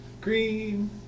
Green